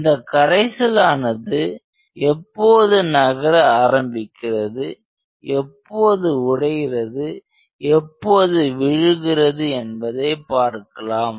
அந்த கரைசல் ஆனது எப்பொழுது நகர ஆரம்பிக்கிறது எப்பொழுது உடைகிறது எப்பொழுது விழுகிறது என்பதை பார்க்கலாம்